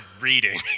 reading